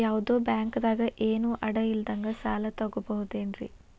ಯಾವ್ದೋ ಬ್ಯಾಂಕ್ ದಾಗ ಏನು ಅಡ ಇಲ್ಲದಂಗ ಸಾಲ ತಗೋಬಹುದೇನ್ರಿ?